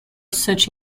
such